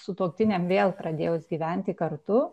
sutuoktiniam vėl pradėjus gyventi kartu